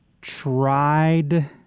tried